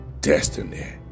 destiny